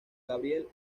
gabriel